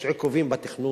יש עיכובים בתכנון.